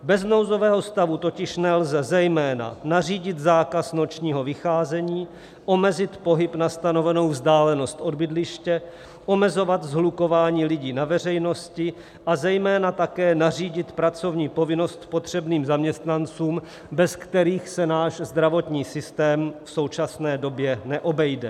Bez nouzového stavu totiž nelze zejména nařídit zákaz nočního vycházení, omezit pohyb na stanovenou vzdálenost od bydliště, omezovat shlukování lidí na veřejnosti, a zejména také nařídit pracovní povinnost potřebným zaměstnancům, bez kterých se náš zdravotní systém v současné době neobejde.